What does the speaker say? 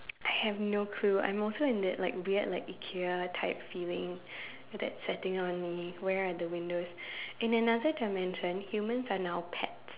I have no clue I'm also in it like weird like IKEA type feeling that setting on me where are the windows in another dimension humans are now pets